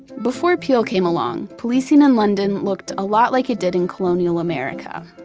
before peel came along, policing in london looked a lot like it did in colonial america.